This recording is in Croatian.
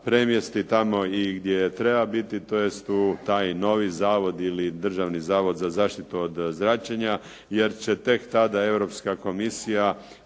premjesti tamo i gdje treba biti, tj. u taj novi zavod ili Državni zavod za zaštitu od zračenja jer će tek tada Europska komisija